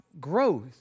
growth